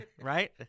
right